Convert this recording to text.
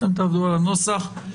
אתם תעבדו על הנוסח.